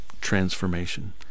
transformation